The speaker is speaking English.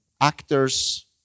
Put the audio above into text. actors